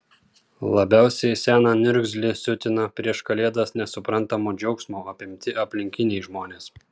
labiausiai seną niurzglį siutina prieš kalėdas nesuprantamo džiaugsmo apimti aplinkiniai žmonės